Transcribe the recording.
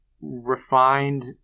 refined